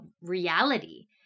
reality